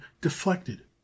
deflected